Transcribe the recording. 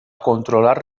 controlar